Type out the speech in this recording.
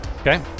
Okay